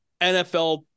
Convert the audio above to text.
NFL